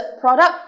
product